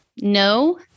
no